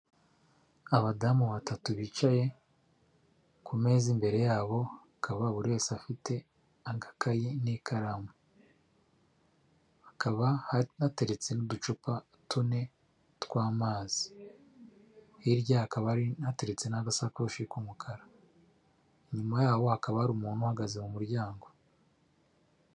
Abadamu batatu bicaye ku meza imbere yabo hakaba buri wese afite agakayi n'ikaramu hakaba hateretse uducupa tune tw'amazi hirya hakaba hateretse n'agagasakoshi k'umukara inyuma yabo hakaba hari umuntu uhagaze mu muryango.